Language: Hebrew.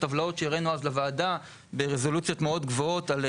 טבלאות שהראנו אז לוועדה ברזולוציות גבוהות מאוד.